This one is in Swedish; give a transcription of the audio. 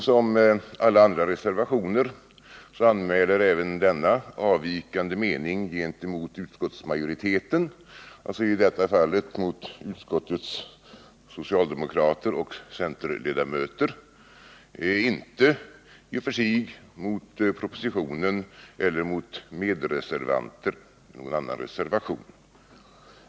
Som i alla andra reservationer anmäls även i denna avvikande mening gentemot utskottsmajoriteten, alltså i detta fall mot utskottets socialdemokrater och centerledamöter, dock inte i och för sig mot propositionen eller mot utskottsledamöter som står bakom andra reservationer.